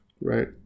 right